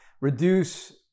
reduce